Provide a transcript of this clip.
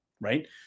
right